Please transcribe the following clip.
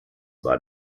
war